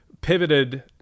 Pivoted